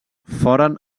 foren